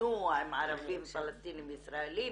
שהתחתנו עם ערבים פלשתינים ישראלים